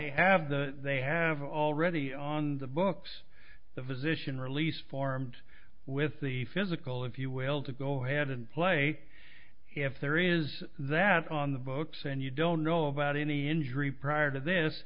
they have the they have already on the books the physician release formed with the physical if you will to go ahead and play if there is that on the books and you don't know about any injury prior to this